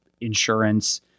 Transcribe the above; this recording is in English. insurance